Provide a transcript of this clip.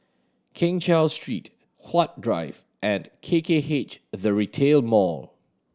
Keng Cheow Street Huat Drive and K K H The Retail Mall